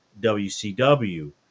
WCW